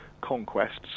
conquests